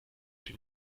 den